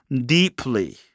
deeply